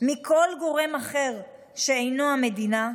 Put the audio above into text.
מכל גורם אחר שאינו המדינה,